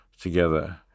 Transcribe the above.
together